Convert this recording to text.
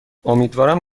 امیدوارم